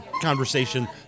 conversation